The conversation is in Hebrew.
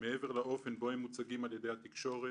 מעבר לאופן בו הם מוצגים על-ידי התקשורת,